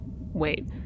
wait